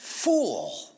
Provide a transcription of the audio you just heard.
Fool